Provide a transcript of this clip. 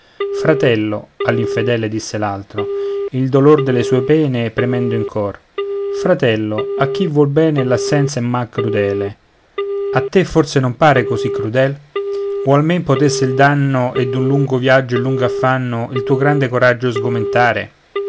partir fratello all'infedele disse l'altro il dolor delle sue pene premendo in cor fratello a chi vuol bene l'assenza è un mal crudele a te forse non pare così crudel oh almen potesse il danno e d'un lungo viaggio il lungo affanno il tuo grande coraggio sgomentare